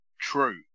True